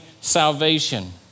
salvation